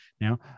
now